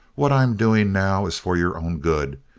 what i'm doing now is for your own good,